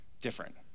Different